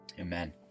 Amen